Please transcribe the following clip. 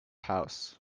house